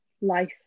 life